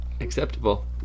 Acceptable